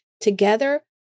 Together